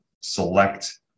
select